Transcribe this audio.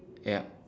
ya